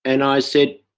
and i said,